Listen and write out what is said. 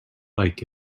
like